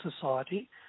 Society